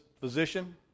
physician